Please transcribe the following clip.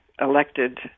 elected